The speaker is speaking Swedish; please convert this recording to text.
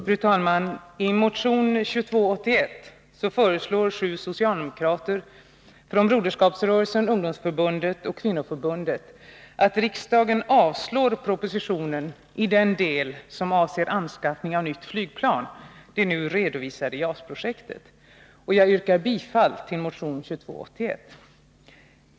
Fru talman! I motion 2281 föreslår sju socialdemokrater från Broderskapsrörelsen, ungdomsförbundet och kvinnoförbundet att riksdagen avslår propositionen i den del som avser anskaffning av nytt flygplan, det nu redovisade JAS-projektet. Jag yrkar bifall till motion 2281.